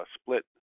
split